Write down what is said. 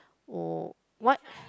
uh what